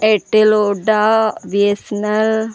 Airtel ओडा B S न ल